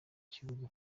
kibuga